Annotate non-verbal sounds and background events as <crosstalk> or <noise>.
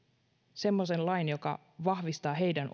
semmoisen lain joka vahvistaa heidän <unintelligible>